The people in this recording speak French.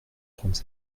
trente